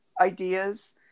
ideas